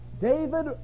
David